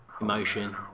emotion